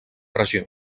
regió